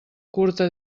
curta